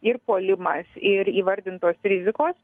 ir puolimas ir įvardintos rizikos